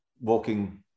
walking